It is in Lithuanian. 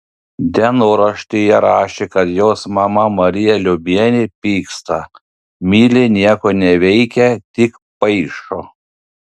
dienoraštyje rašė kad jos mama marija liobienė pyksta milė nieko neveikia tik paišo